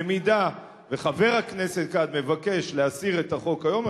במידה שחבר הכנסת כץ מבקש להסיר את החוק היום,